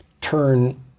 turn